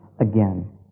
again